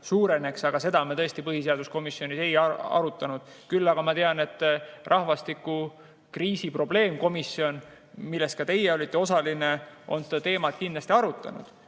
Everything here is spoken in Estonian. suureneks, aga seda me tõesti põhiseaduskomisjonis ei arutanud. Küll aga ma tean, et rahvastikukriisi [lahendamise] probleemkomisjon, milles ka teie olite osaline, on seda teemat arutanud.